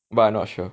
but I'm not sure